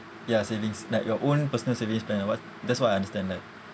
ya savings like your own personal savings plan what that's what I understand like